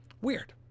weird